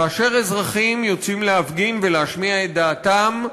כאשר אזרחים יוצאים להפגין ולהשמיע את דעתם,